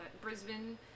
Brisbane